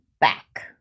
back